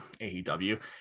AEW